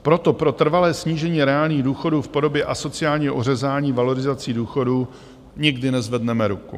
Proto pro trvalé snížení reálných důchodů v podobě asociálního ořezání valorizací důchodů nikdy nezvedneme ruku.